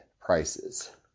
prices